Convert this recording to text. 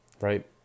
Right